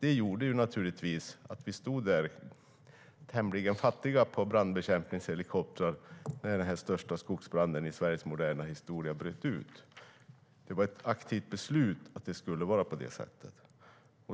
Det gjorde naturligtvis att vi stod där tämligen fattiga på brandbekämpningshelikoptrar när den största skogsbranden i Sveriges moderna historia bröt ut. Det var ett aktivt beslut att det skulle vara på det sättet.